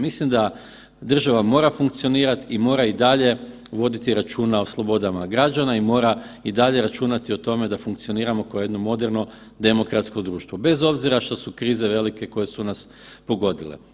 Mislim da država mora funkcionirat i mora i dalje voditi računa o slobodama građana i mora i dalje računati o tome da funkcioniramo kao jedno moderno demokratsko društvo bez obzira što su krize velike koje su nas pogodile.